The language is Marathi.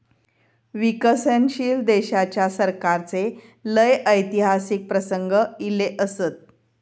विकसनशील देशाच्या सरकाराचे लय ऐतिहासिक प्रसंग ईले असत